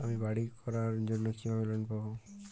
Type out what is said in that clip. আমি বাড়ি করার জন্য কিভাবে লোন পাব?